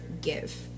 give